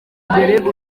mbere